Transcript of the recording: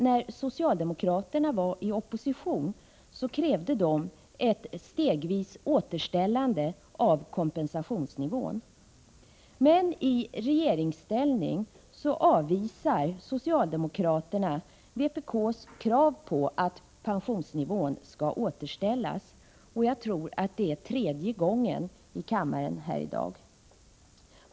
När socialdemokraterna var i opposition krävde de ett stegvis återställande av kompensationsnivån, men i regeringsställning avvisar socialdemokraterna vpk:s krav på att pensionsnivån skall återställas — jag tror att det är tredje gången här i dag.